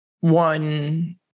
one